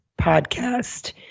podcast